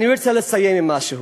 אני רוצה לסיים במשהו,